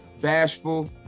bashful